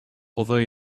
although